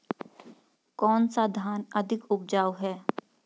कौन सा धान अधिक उपजाऊ है?